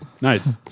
Nice